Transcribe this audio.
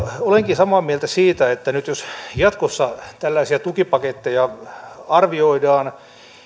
olenkin samaa mieltä siitä että nyt jos jatkossa tällaisia tukipaketteja arvioidaan